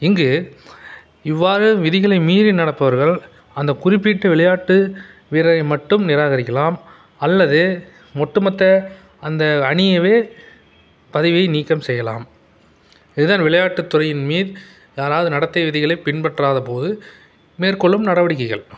இங்கு இவ்வாறு விதிகளை மீறி நடப்பவர்கள் அந்தக் குறிப்பிட்ட விளையாட்டு வீரரை மட்டும் நிராகரிக்கலாம் அல்லது ஒட்டு மொத்த அந்த அணியைவே பதிவு நீக்கம் செய்யலாம் இதுதான் விளையாட்டுத் துறையின் மீ யாராவது நடத்தை விதிகளை பின்பற்றாத போது மேற்கொள்ளும் நடவடிக்கைகள்